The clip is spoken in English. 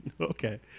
okay